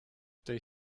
tej